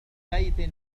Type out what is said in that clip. بيت